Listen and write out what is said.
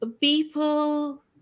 people